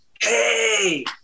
hey